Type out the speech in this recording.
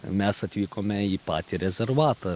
mes atvykome į patį rezervatą